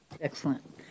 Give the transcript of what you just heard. Excellent